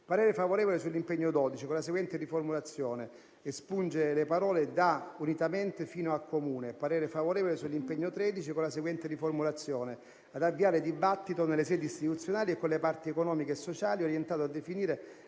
parere favorevole sull'impegno n. 12 con la seguente riformulazione: espungere le parole da "unitamente" fino a "comune". Esprimo parere favorevole sull'impegno n. 13 con la seguente riformulazione: "ad avviare un dibattito nelle sedi istituzionali e con le parti economiche e sociali, orientato a definire